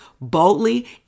boldly